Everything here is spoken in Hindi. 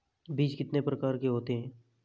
बीज कितने प्रकार के होते हैं?